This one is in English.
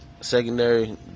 secondary